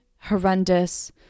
horrendous